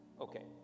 Okay